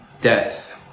Death